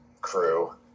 crew